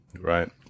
right